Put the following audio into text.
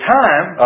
time